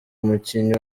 umukinnyi